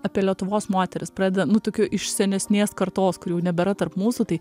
apie lietuvos moteris pradeda nu tokiu iš senesnės kartos kur jau nebėra tarp mūsų tai